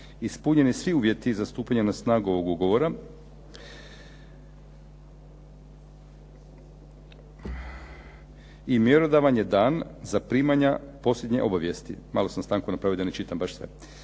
ispunjeni svi uvjeti za stupanje na snagu ovog ugovora i mjerodavan je dan zaprimanja posljednje obavijesti.